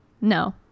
No